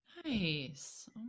Nice